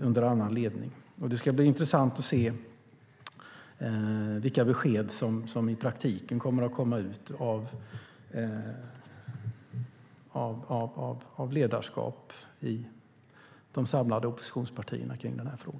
under annan ledning. Det ska bli intressant att se vilka besked som i praktiken kommer ut av ledarskap i de samlade oppositionspartierna kring den här frågan.